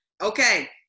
Okay